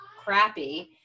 crappy